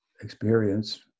experience